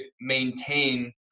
maintain